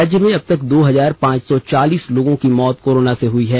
राज्य में अब तक दो हजार पांच सौ चालीस लोगों की मौत कोरोना से हई है